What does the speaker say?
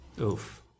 Oof